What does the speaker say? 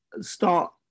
start